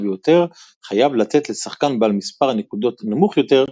ביותר חייב לתת לשחקן בעל מס' נקודות נמוך יותר,